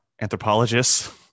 anthropologists